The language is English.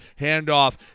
handoff